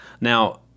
Now